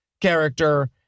character